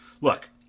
Look